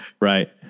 Right